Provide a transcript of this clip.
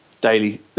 daily